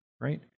right